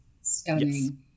stunning